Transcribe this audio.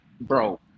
bro